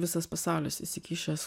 visas pasaulis įsikišęs